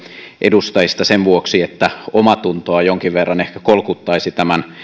edustajista sen vuoksi että omaatuntoa jonkin verran ehkä kolkuttaisi tämän